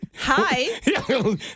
Hi